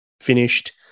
finished